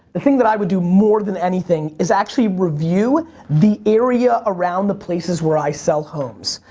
the thing that i would do more than anything is actually review the area around the places where i sell homes.